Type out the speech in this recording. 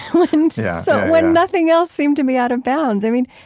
when so when nothing else seemed to be out of bounds. i mean,